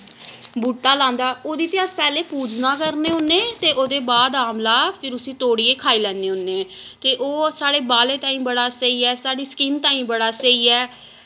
बूह्टा लांदा ओह्दी ते अस पैह्ले पूजना करने होन्ने ते ओह्दे बाद आमला फिर उस्सी तोड़ियै खाई लैने होन्ने ते ओह् साढ़े बालें ताहीं बड़ा स्हेई ऐ साढ़ी स्किन ताहीं बड़ा स्हेई ऐ